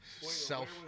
self